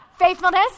Faithfulness